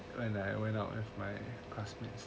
when I went out with my classmates